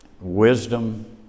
wisdom